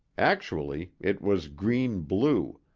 actually, it was green-blue,